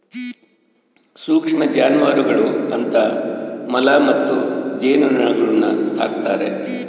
ಸೂಕ್ಷ್ಮ ಜಾನುವಾರುಗಳು ಅಂತ ಮೊಲ ಮತ್ತು ಜೇನುನೊಣಗುಳ್ನ ಸಾಕ್ತಾರೆ